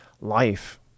Life